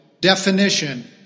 definition